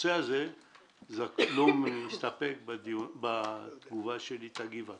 לא מסתפק בתגובה שלי, תגיב אתה.